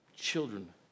children